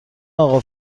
اقا